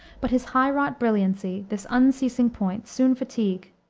but his high-wrought brilliancy, this unceasing point, soon fatigue.